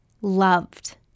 loved